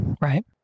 right